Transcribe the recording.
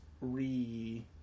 re